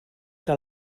que